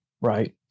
right